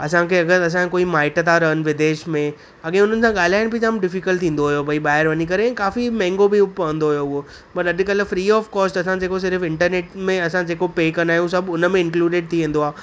असांखे अगरि असांजा कोई माईट था रहनि विदेश में अॻिए उन्हनि जा गाल्हाइण डिफीकल्ट थींदो हुयो भई ॿाहिरि वञी करे काफी महांगो बि पवंदो हुयो उहो पर अॾुकल्ह फ्री ऑफ कोस्ट असां जेको सिर्फ इंटरनैट में असां जेको पे कंदा आहियूं सभु हुनमें इन्क्लुडिड